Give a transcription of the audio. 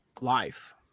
life